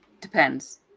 Depends